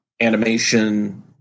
animation